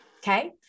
okay